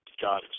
God